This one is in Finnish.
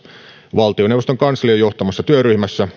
valtioneuvoston kanslian johtamassa työryhmässä